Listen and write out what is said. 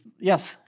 Yes